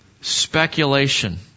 speculation